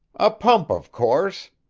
a pump, of course,